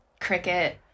cricket